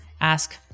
ask